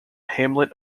hamlet